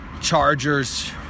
Chargers